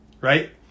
Right